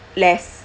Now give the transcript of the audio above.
less